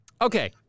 Okay